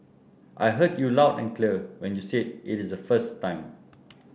I heard you loud and clear when you said it is the first time